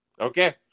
Okay